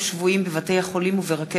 ג'מאל זחאלקה ובאסל גטאס,